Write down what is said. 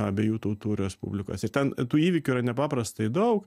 abiejų tautų respublikos ir ten tų įvykių yra nepaprastai daug